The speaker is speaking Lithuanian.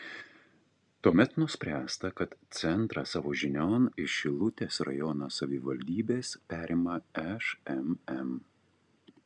tuomet nuspręsta kad centrą savo žinion iš šilutės rajono savivaldybės perima šmm